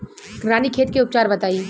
रानीखेत के उपचार बताई?